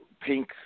pink